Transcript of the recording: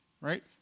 right